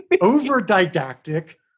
over-didactic